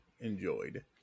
enjoyed